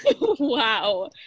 Wow